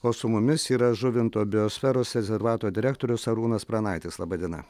o su mumis yra žuvinto biosferos rezervato direktorius arūnas pranaitis laba diena